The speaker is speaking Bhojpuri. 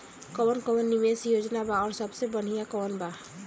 कवन कवन निवेस योजना बा और सबसे बनिहा कवन बा?